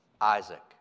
Isaac